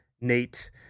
Nate